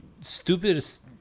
stupidest